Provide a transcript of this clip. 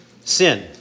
sin